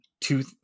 two